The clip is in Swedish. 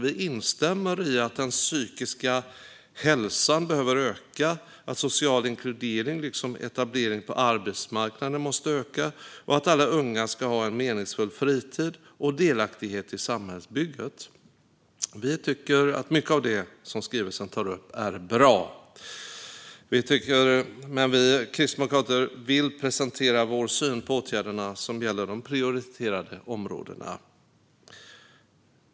Vi instämmer i att den psykiska hälsan behöver öka, att social inkludering liksom etablering på arbetsmarknaden måste öka och att alla unga ska ha en meningsfull fritid och delaktighet i samhällsbygget. Vi tycker att mycket av det som skrivelsen tar upp är bra. Men vi kristdemokrater vill presentera vår syn på åtgärderna som gäller de prioriterade områdena.